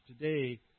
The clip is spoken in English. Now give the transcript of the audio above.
today